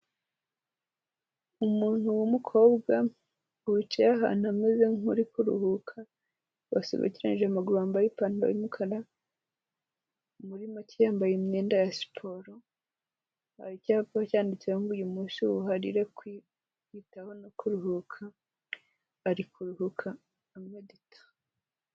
Umuntu w'umukobwa wicaye ahantu ameze nk'uri kuruhuka, wasobekeranije amaguru, wambaye ipantaro y'umukara, muri make yambaye imyenda ya siporo, hari cyapa cyanditseho "uyu munsi ubuharirire kwiyitaho no kuruhuka" ari kuruhuka amedita.